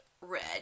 red